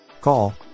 Call